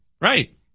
right